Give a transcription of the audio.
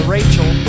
Rachel